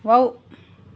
wow